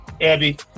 Abby